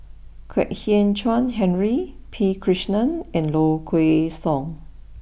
Kwek Hian Chuan Henry P Krishnan and Low Kway Song